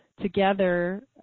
together